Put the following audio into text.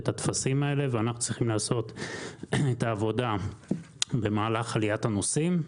הטפסים האלה ואנחנו צריכים לעשות את העבודה במהלך עליית הנוסעים.